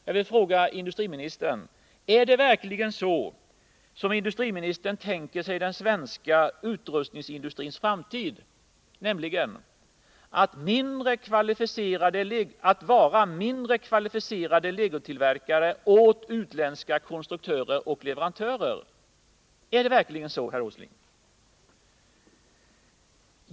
Jag vill fråga industriministern: Är det verkligen så industriministern tänker sig den svenska utrustningsindustrins framtid, nämligen att vara mindre kvalificerad legotillverkare åt utländska konstruktörer och leverantörer? Är det verkligen så, herr Åsling?